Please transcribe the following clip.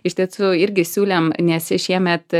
iš tiesų irgi siūlėm nes šiemet